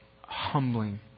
humbling